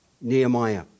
Nehemiah